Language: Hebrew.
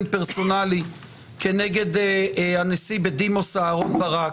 פרסונלי כנגד הנשיא בדימוס אהרון ברק.